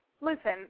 Listen